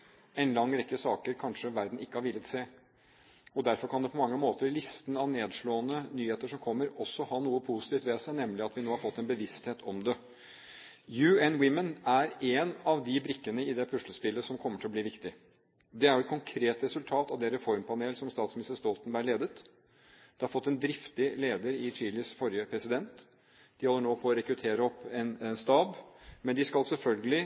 en lang rekke saker som verden kanskje ikke har villet se. Derfor kan på mange måter listen av nedslående nyheter som kommer, også ha noe positivt ved seg, nemlig at vi nå har fått en bevissthet om det. UN Women er en av brikkene i det puslespillet som kommer til å bli viktig. Det er et konkret resultat av det reformpanel som statsminister Stoltenberg ledet. Det har fått en driftig leder i Chiles forrige president. De holder nå på med å rekruttere en stab, men de skal selvfølgelig